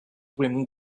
wind